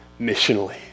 missionally